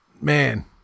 man